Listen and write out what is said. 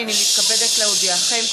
הנני מתכבדת להודיעכם,